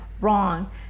wrong